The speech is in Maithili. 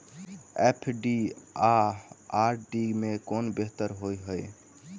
एफ.डी आ आर.डी मे केँ सा बेहतर होइ है?